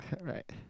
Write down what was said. Right